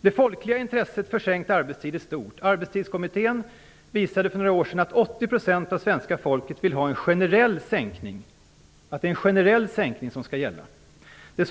Det folkliga intresset för sänkt arbetstid är stort. Arbetstidskommittén visade för några år sedan att 80 % av svenska folket vill ha en generell sänkning av arbetstiden.